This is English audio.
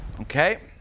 Okay